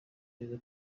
neza